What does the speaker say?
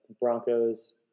Broncos